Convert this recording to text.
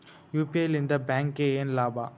UPI ಲಿಂದ ಬ್ಯಾಂಕ್ಗೆ ಏನ್ ಲಾಭ?